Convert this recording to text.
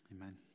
Amen